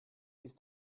ist